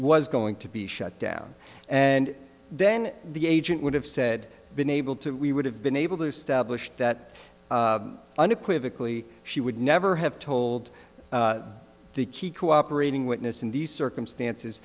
was going to be shut down and then the agent would have said been able to we would have been able to establish that unequivocally she would never have told the key cooperating witness in these circumstances